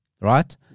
Right